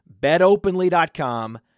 BetOpenly.com